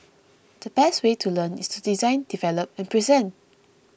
the best way to learn is to design develop and present